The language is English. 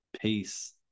peace